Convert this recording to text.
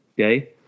okay